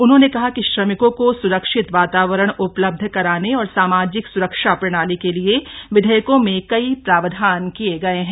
उन्होंने कहा कि श्रमिकों को सुरक्षित वातावरण उपलब्ध कराने और सामाजिक सुरक्षा प्रणाली के लिए विधेयकों में कई प्रावधान किए गए हैं